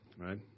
right